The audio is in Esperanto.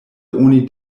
oni